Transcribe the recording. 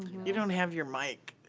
you don't have your mic,